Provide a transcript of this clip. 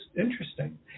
interesting